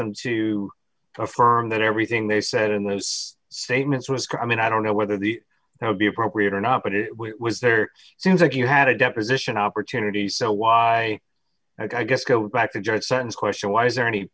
them to affirm that everything they said in those statements risk i mean i don't know whether the now be appropriate or not but it was there it seems like you had a deposition opportunity so why not i guess go back to judge sends question why is there any